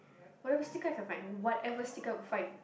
whatever sticker I can find whatever sticker I would find